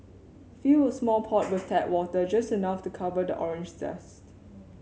fill a small pot with tap water just enough to cover the orange zest